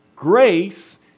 Grace